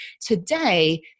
Today